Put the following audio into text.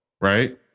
right